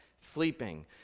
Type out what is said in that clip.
sleeping